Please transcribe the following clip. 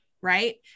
Right